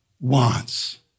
wants